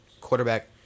quarterback